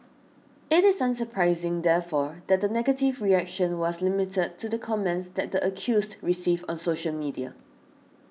it is unsurprising therefore that the negative reaction was limited to the comments that accuse receive on social media